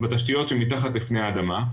בתשתיות שמתחת לפני האדמה,